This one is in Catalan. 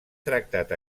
tractat